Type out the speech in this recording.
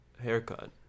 haircut